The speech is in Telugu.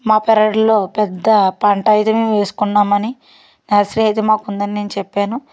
మా పెరట్లో పెద్ద పంట అయితే మేము వేసుకున్నాం అని నర్సరీ అయితే మాకు ఉందని నేను చెప్పాను